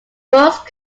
most